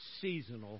seasonal